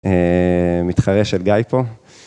מתחרה של גיא פה.